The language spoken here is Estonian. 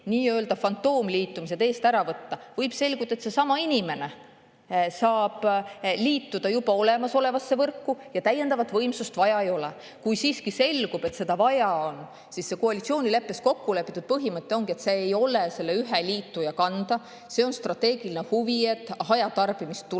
nii‑öelda fantoomliitumised eest ära võtta, võib selguda, et seesama inimene saab liituda juba olemasolevasse võrku ja täiendavat võimsust vaja ei ole. Kui siiski selgub, et seda on vaja, siis koalitsioonileppes kokkulepitud põhimõte ongi, et see ei ole selle ühe liituja kanda. On strateegiline huvi, et hajatarbimist tuleks.